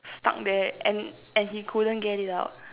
stuck there and and he couldn't get it out